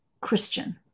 Christian